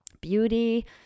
beauty